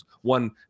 One